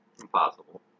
Impossible